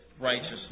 righteousness